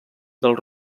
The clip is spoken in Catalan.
del